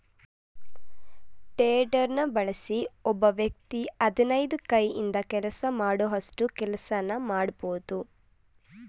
ಟೆಡರ್ನ ಬಳಸಿ ಒಬ್ಬ ವ್ಯಕ್ತಿ ಹದಿನೈದು ಕೈಯಿಂದ ಕೆಲಸ ಮಾಡೋಷ್ಟು ಕೆಲ್ಸನ ಮಾಡ್ಬೋದು